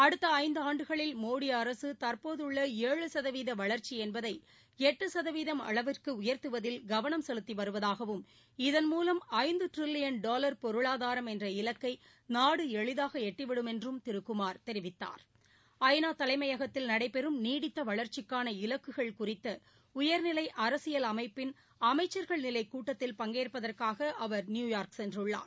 அடுத்த ஐந்தாண்டுகளில் மோடி அரசு தற்போதுள்ள ஏழு சதவீத வளர்ச்சி என்பதை எட்டு சதவீதம் அளவிற்கு உயர்த்துவதில் கவனம் செலுத்தி வருவதாகவும் இதன்மூலம் ஐந்து டிரில்லியன் டாலர் பொருளாதாரம் என்ற இலக்கை நாடு எளிதாக எட்டிவிடும் என்றும் ஐநா தலைமையகத்தில் நடைபெறும் நீடித்த வளர்ச்சிக்கான இலக்குகள் குறித்த உயர்நிலை அரசியல் அமைப்பின் அமைச்சர்கள்நிலை கூட்டத்தில் பங்கேற்பதற்காக அவர் நியுயார்க் சென்றுள்ளார்